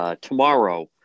tomorrow